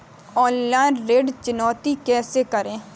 Online ऋण चुकौती कैसे करें?